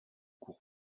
court